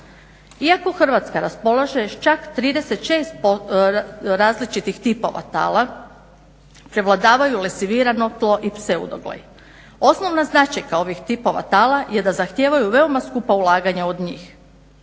Iako Hrvatska raspolaže s čak 36 različitih tipova tava, prevladavaju resivirano tlo i pseudoglej. Osnovna značajka ovih tipova tala je da zahtijevaju veoma skupa ulaganja u njih.